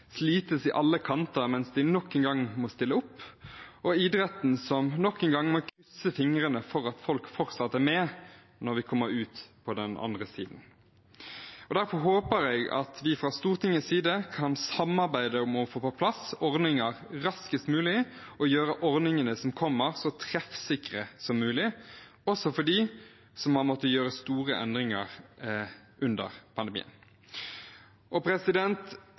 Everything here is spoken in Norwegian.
slites på alle kanter mens de nok en gang må stille opp, og idretten må nok en gang krysse fingrene for at folk fortsatt er med når vi kommer ut på den andre siden. Derfor håper jeg at vi fra Stortingets side kan samarbeide om å få på plass ordninger raskest mulig og gjøre ordningene som kommer, så treffsikre som mulig, også for dem som har måttet gjøre store endringer under pandemien. Selv om det kanskje er pandemi og